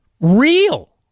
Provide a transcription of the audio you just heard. Real